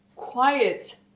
quiet